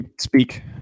Speak